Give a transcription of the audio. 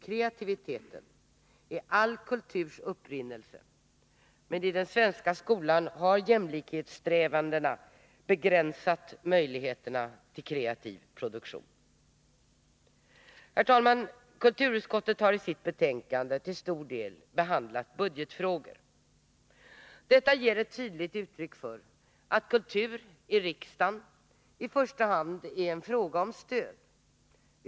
Kreativiteten är all kulturs upprinnelse, men i den svenska skolan har jämlikhetssträvandena begränsat möjligheterna till kreativ produktion. Herr talman! Kulturutskottet har i sitt betänkande till stor del behandlat budgetfrågor. Detta ger ett tydligt uttryck för att kultur i riksdagen i första hand är en fråga om stöd.